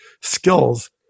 skills